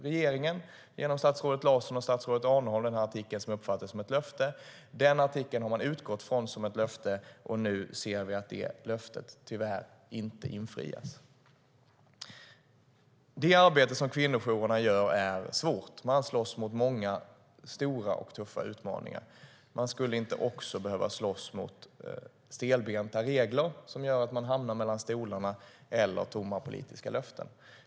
Regeringen skrev, genom statsrådet Larsson och statsrådet Arnholm, den artikel som jag uppfattade som ett löfte. Den artikeln har man utgått från som ett löfte. Nu ser vi att det löftet tyvärr inte infrias. Det arbete som kvinnojourerna gör är svårt. De slåss mot många stora och tuffa utmaningar. De borde inte också behöva slåss mot stelbenta regler som gör att man hamnar mellan stolarna eller tomma politiska löften.